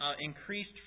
increased